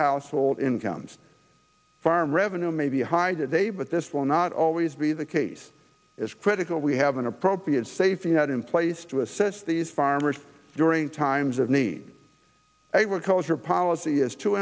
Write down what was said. household incomes farm revenue may be high today but this will not always be the case is critical we have an appropriate safety net in place to assess these farmers during times of need a real culture policy is too